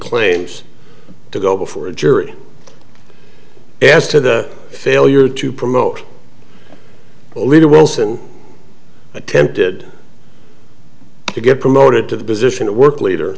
claims to go before a jury as to the failure to promote a leader wilson attempted to get promoted to the position of work leader